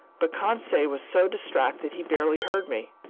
but conseil was so distracted he barely heard me,